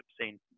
obscene